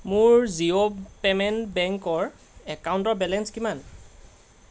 মোৰ জিঅ' পে'মেণ্ট বেংকৰ একাউণ্টৰ বেলেঞ্চ কিমান